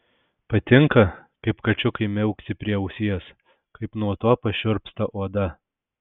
patinka kaip kačiukai miauksi prie ausies kaip nuo to pašiurpsta oda